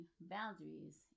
boundaries